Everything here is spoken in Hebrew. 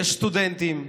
יש סטודנטים,